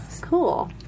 cool